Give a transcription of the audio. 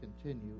continue